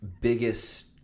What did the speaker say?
biggest –